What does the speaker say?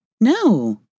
No